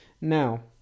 Now